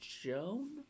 Joan